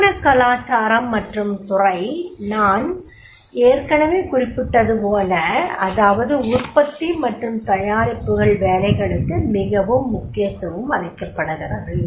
நிறுவன கலாச்சாரம் மற்றும் துறை நான் ஏற்கனவே குறிப்பிட்டதுபோல அதாவது உற்பத்தி மற்றும் தயாரிப்புகள் வேலைகளுக்கு மிகவும் முக்கியத்துவம் அளிக்கப்படுகிறது